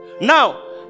Now